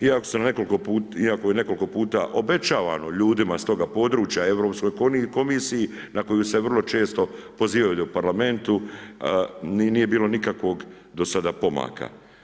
Iako je nekoliko puta obećavamo ljudima s toga područja Europskoj komisiji na koju se vrlo često pozivaju u Parlamentu nije bilo nikakvog do sada pomaka.